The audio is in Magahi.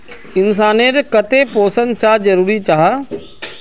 इंसान नेर केते पोषण चाँ जरूरी जाहा?